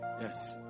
yes